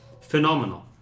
phenomenal